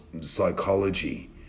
psychology